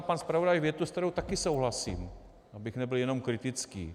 Pan zpravodaj říkal větu, se kterou také souhlasím, abych nebyl jenom kritický.